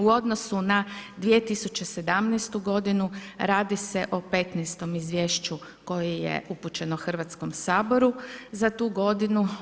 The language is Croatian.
U odnosu na 2017. godinu radi se o 15 izvješću koje je upućeno Hrvatskom saboru za tu godinu.